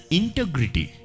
integrity